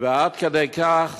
ועד כדי כך